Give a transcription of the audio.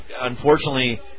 Unfortunately